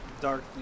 dark